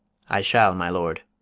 i shall, my lord.